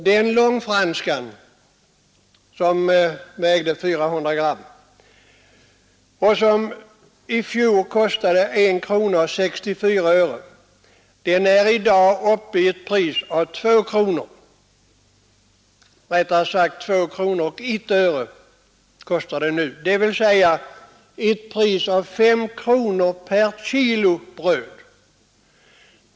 Det långfranska som väger 400 gram och som i fjol kostade 1:64 är i dag uppe i ett pris på 2:01, dvs. ett brödpris på 5 kronor per kilo.